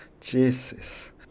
Jesus